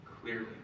clearly